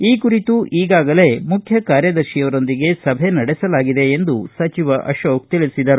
ಈ ಕುರಿತು ಈಗಾಗಲೇ ಮುಖ್ಯ ಕಾರ್ಯದರ್ಶಿಯವರೊಂದಿಗೆ ಸಭೆ ನಡೆಸಲಾಗಿದೆ ಎಂದು ಸಚಿವ ಅಶೋಕ್ ತಿಳಿಸಿದರು